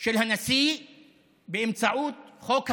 של הנשיא באמצעות חוק הפיזור.